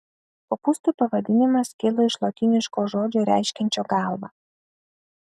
kopūsto pavadinimas kilo iš lotyniško žodžio reiškiančio galvą